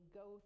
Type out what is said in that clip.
go